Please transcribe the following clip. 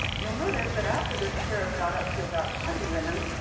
you'll notice that after this curve got up to about twenty women,